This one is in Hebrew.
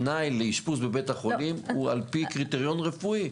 התנאי לאשפוז בבית החולים הוא על פי קריטריון רפואי.